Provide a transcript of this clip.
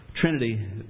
Trinity